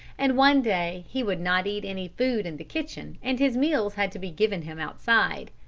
and one day he would not eat any food in the kitchen, and his meals had to be given him outside.